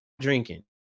drinking